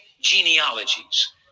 genealogies